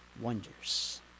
wonders